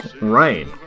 right